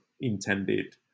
intended